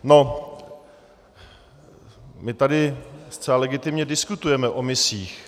No, my tady zcela legitimně diskutujeme o misích.